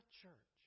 church